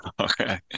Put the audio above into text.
Okay